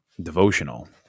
devotional